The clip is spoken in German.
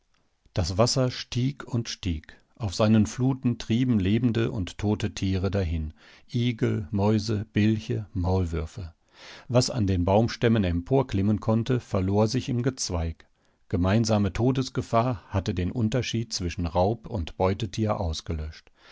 das wasser stieg und stieg auf seinen fluten trieben lebende und tote tiere dahin igel mäuse bilche maulwürfe was an den baumstämmen emporklimmen konnte verlor sich im gezweig gemeinsame todesgefahr hatte den unterschied zwischen raub und beutetier ausgelöscht